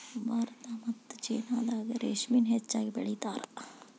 ಭಾರತಾ ಮತ್ತ ಚೇನಾದಾಗ ರೇಶ್ಮಿನ ಹೆಚ್ಚಾಗಿ ಬೆಳಿತಾರ